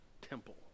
temple